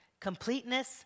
completeness